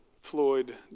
Floyd